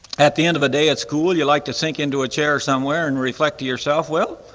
at the end of the day at school you like to sink into a chair somewhere and reflect to yourself, well,